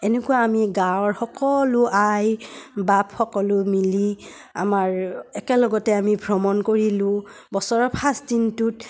এনেকুৱা আমি গাঁৱৰ সকলো আই বাপ সকলো মিলি আমাৰ একেলগতে আমি ভ্ৰমণ কৰিলোঁ বছৰৰ ফাৰ্ষ্ট দিনটোত